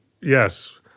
yes